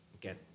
get